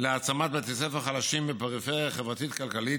להעצמת בתי ספר חלשים בפריפריה החברתית-כלכלית